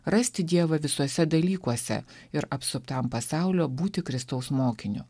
rasti dievą visuose dalykuose ir apsuptam pasaulio būti kristaus mokiniu